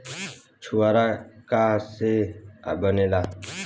छुआरा का से बनेगा?